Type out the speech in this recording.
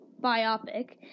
biopic